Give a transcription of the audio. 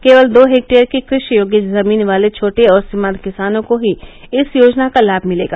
केवल दो हेक्टेयर की कृषि योग्य जमीन वाले छोटे और सीमांत किसानों को ही इस योजना का लाभ मिलेगा